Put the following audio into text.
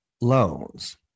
loans